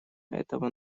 этого